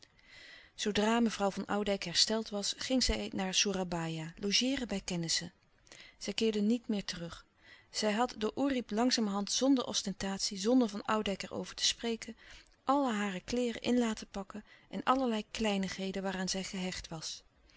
zoodra mevrouw van oudijck hersteld was ging zij naar soerabaia logeeren bij kennissen zij keerde niet meer terug zij had door oerip langzamerhand zonder ostentatie zonder van oudijck er over te spreken alle hare kleêren in laten pakken en allerlei kleinigheden waaraan zij gehecht was